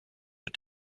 but